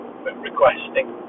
requesting